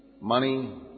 money